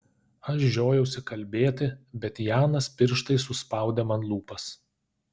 aš žiojausi kalbėti bet janas pirštais užspaudė man lūpas